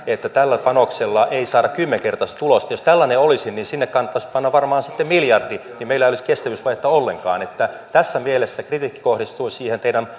että tällä panoksella ei saada kymmenkertaista tulosta jos tällainen olisi sinne kannattaisi panna varmaan sitten miljardi niin meillä ei olisi kestävyysvajetta ollenkaan tässä mielessä kritiikki kohdistui siihen teidän